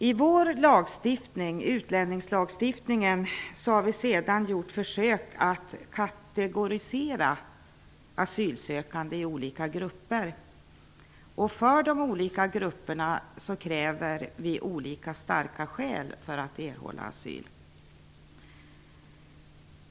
I vår utlänningslagstiftning har vi sedan gjort försök att kategorisera asylsökande i olika grupper. För de olika grupperna kräver vi olika starka skäl för att erhålla asyl.